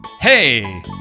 Hey